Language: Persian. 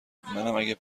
پول